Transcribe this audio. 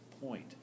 point